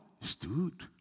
stood